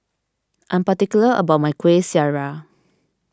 I am particular about my Kueh Syara